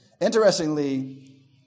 Interestingly